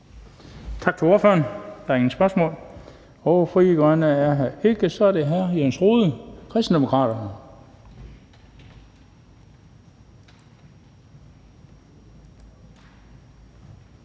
Tak til ordføreren. Der er ingen spørgsmål. Frie Grønne er her ikke, så derfor er det hr. Jens Rohde, Kristendemokraterne.